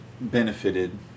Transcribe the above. benefited